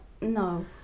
no